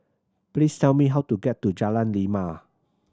please tell me how to get to Jalan Lima